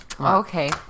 Okay